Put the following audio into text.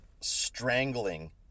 strangling